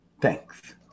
Thanks